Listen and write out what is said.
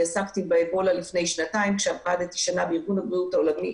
עסקתי בה לפני שנתיים כשעבדתי שנה בארגון הבריאות העולמי.